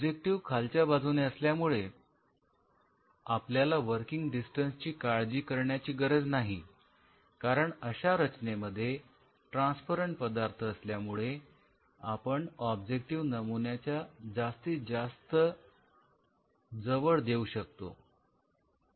objective खालच्या बाजूने असल्यामुळे आपल्याला वर्किंग डिस्टन्स ची काळजी करण्याची गरज नाही कारण अशा रचनेमध्ये ट्रान्सपरंट पारदर्शी पदार्थ असल्यामुळे आपण ऑब्जेक्टिव्ह नमुन्याच्या जास्तीत जास्त जवळ देऊ शकतो